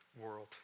world